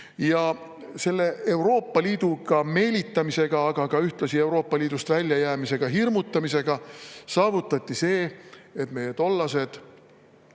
Ja selle Euroopa Liiduga meelitamisega, aga ka ühtlasi Euroopa Liidust väljajäämisega hirmutamisega saavutati see, et meie tollased